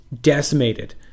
decimated